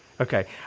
Okay